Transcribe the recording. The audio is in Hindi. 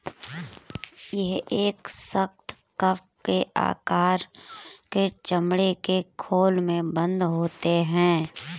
यह एक सख्त, कप के आकार के चमड़े के खोल में बन्द होते हैं